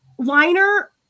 liner